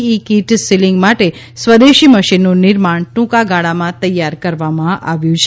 ઈ kit sealing માટે સ્વદેશી મશીનનું નિર્માણ ટ્રંકા ગાળામાં તૈયાર કરવામાં આવ્યું છે